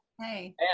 Hey